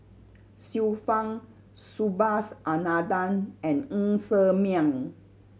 Xiu Fang Subhas Anandan and Ng Ser Miang